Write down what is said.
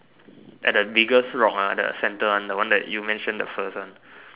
at bigger frog ah the center one the one that you mention the first one